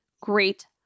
great